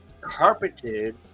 carpeted